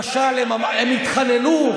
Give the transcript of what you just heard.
למשל הם התחננו,